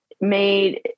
made